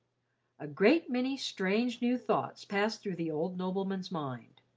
a great many strange new thoughts passed through the old nobleman's mind.